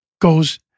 goes